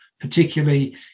particularly